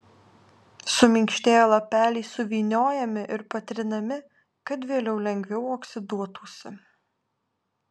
suminkštėję lapeliai suvyniojami ir patrinami kad vėliau lengviau oksiduotųsi